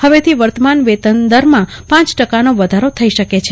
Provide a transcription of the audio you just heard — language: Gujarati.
હવેથી વર્તમાન વેતન દરમાં પાંચ ટકાનો વધારો થઈ શકે છે